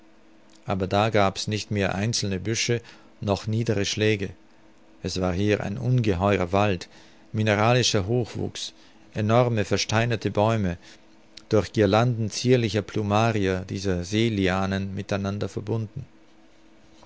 aber da gab's nicht mehr einzelne büsche noch niedere schläge es war hier ein ungeheurer wald mineralischer hochwuchs enorme versteinerte bäume durch guirlanden zierlicher plumaria dieser see lianen miteinander verbunden